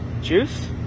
Juice